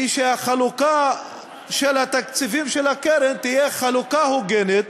הוא שהחלוקה של התקציבים שלה תהיה חלוקה הוגנת,